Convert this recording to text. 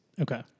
Okay